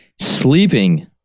sleeping